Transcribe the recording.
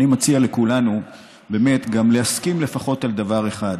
אני מציע לכולנו להסכים לפחות על דבר אחד,